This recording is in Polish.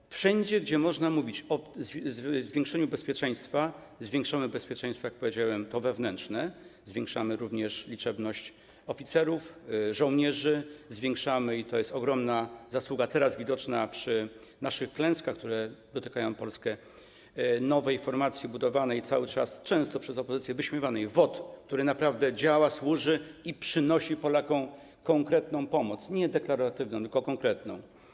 Otóż wszędzie, gdzie można mówić o zwiększeniu bezpieczeństwa, zwiększamy bezpieczeństwo, jak powiedziałem, to wewnętrze, zwiększamy również liczebność oficerów, żołnierzy, zwiększamy liczebność - i to jest ogromna zasługa, teraz widoczna przy klęskach, które dotykają Polskę - nowej formacji budowanej cały czas, często przez opozycję wyśmiewanej, WOT, która naprawdę działa, służy i przynosi Polakom konkretną pomoc, nie deklaratywną, tylko konkretną.